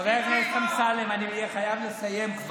חבר הכנסת אמסלם, אני כבר חייב לסיים.